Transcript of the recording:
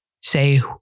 Say